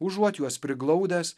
užuot juos priglaudęs